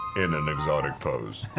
in an exotic pose.